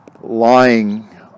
lying